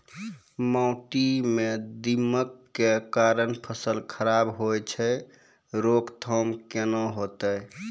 माटी म दीमक के कारण फसल खराब होय छै, रोकथाम केना होतै?